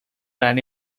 ran